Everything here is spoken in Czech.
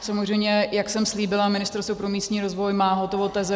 Samozřejmě, jak jsem slíbila, Ministerstvo pro místní rozvoj má hotové teze.